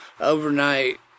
Overnight